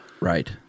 Right